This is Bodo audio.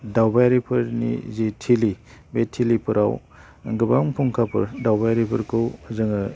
दावबायारिफोरनि जि थिलि बे थिलिफोराव गोबां फुंखाफोर दावबायारिफोरखौ जोङो